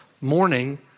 morning